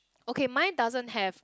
okay mine doesn't have